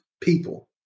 people